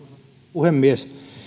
puhemies